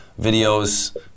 videos